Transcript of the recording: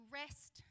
rest